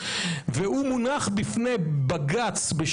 והוא מונח בפני בג"ץ עם